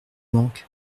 manque